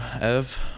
Ev